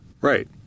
Right